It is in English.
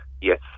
Yes